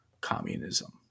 communism